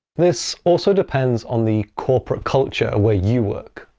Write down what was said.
this also depends on the corporate culture where you work.